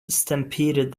stampeded